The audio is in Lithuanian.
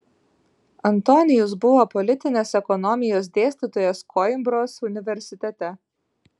antonijus buvo politinės ekonomijos dėstytojas koimbros universitete